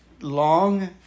long